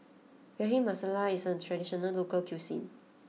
Bhindi Masala is a traditional local cuisine